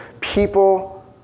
people